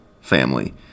family